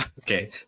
okay